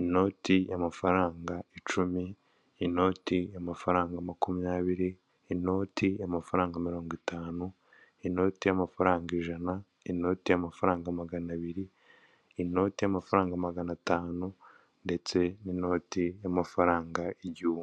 inyanyagira ry'ibicuruzwa bubatse akayetajeri ko mu biti ku buryo usanga buri gicuruzwa gipanze mu mwanya wacyo.